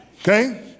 Okay